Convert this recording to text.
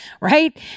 right